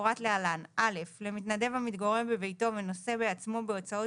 כמפורט להלן: למתנדב המתגורר בביתו ונושא בעצמו בהוצאות